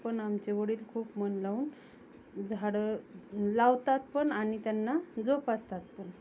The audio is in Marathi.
पण आमचे वडील खूप मन लावून झाडं लावतात पण आणि त्यांना जोपासतात पण